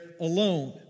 alone